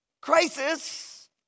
Crisis